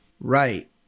Right